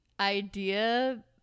idea